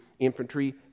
Infantry